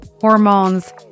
hormones